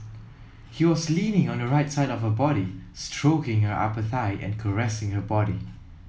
he was leaning on the right side of her body stroking her upper thigh and caressing her body